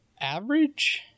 average